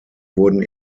wurden